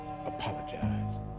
Apologize